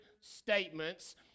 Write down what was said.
statements